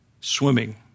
Swimming